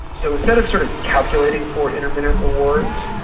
so, instead of sort of calculating for intermittent rewards,